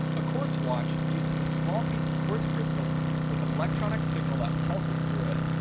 a quartz watch uses a small piece of quartz crystal with an electronic signal that pulses through it,